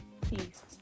peace